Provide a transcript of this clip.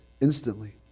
instantly